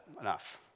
Enough